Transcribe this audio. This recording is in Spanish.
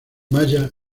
maya